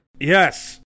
Yes